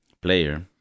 player